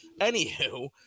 Anywho